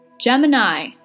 Gemini